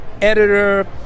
editor